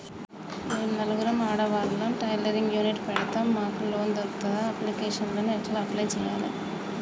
మేము నలుగురం ఆడవాళ్ళం టైలరింగ్ యూనిట్ పెడతం మాకు లోన్ దొర్కుతదా? అప్లికేషన్లను ఎట్ల అప్లయ్ చేయాలే?